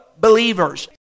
believers